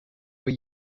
were